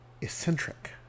eccentric